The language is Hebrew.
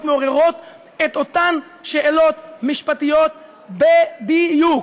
מעוררות את אותן שאלות משפטיות בדיוק.